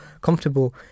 comfortable